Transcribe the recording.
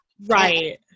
Right